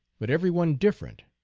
but every one different,